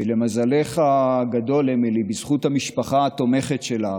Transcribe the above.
ולמזלך הגדול, אמילי, בזכות המשפחה התומכת שלך,